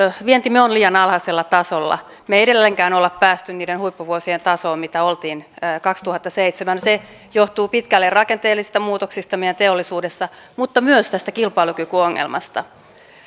vientimme on liian alhaisella tasolla me emme edelleenkään ole päässeet niiden huippuvuosien tasoon missä olimme kaksituhattaseitsemän se johtuu pitkälti rakenteellisista muutoksista meidän teollisuudessa mutta myös tästä kilpailukykyongelmasta